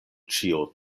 ĉio